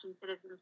Citizens